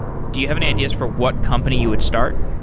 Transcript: do you have any ideas for what company you would start?